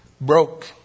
Broke